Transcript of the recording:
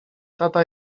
tata